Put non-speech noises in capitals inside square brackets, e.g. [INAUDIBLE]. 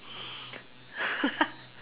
[LAUGHS]